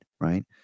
Right